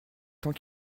tant